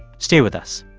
stay with us